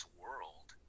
world